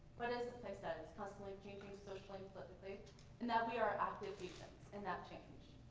but is a place that is constantly changing socially and politically and that we are active agents in that change.